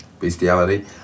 bestiality